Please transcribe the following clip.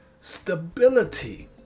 stability